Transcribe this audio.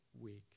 week